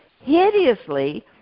hideously